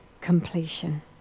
completion